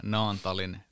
Naantalin